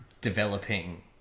developing